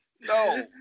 No